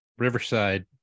Riverside